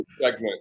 segment